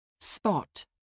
Spot